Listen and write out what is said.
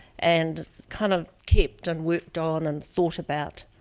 and kind of kept and worked on and thought about,